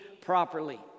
properly